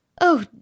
Oh